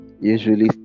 usually